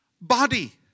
body